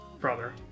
brother